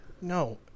No